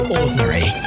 ordinary